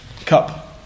cup